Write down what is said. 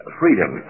freedom